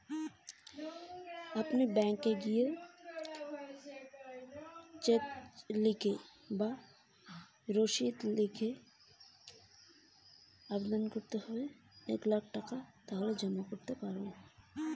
আমি কিভাবে দীর্ঘ সময়ের জন্য এক লাখ টাকা জমা করতে পারি?